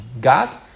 God